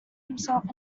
himself